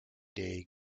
day